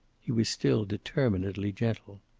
he was still determinedly gentle.